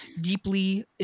deeply